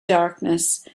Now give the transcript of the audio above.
darkness